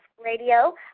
radio